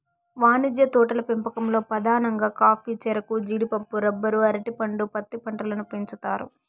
వాణిజ్య తోటల పెంపకంలో పధానంగా కాఫీ, చెరకు, జీడిపప్పు, రబ్బరు, అరటి పండు, పత్తి పంటలను పెంచుతారు